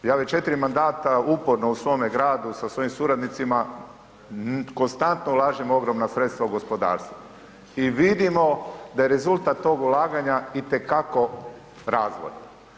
Ja već četiri mandata uporno u svome gradu sa svojim suradnicima konstantno ulažem ogromna sredstva u gospodarstvo i vidimo da je rezultat tog ulaganja itekako razvojan.